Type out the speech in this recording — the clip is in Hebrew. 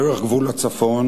דרך גבול הצפון,